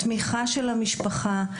התמיכה של המשפחה,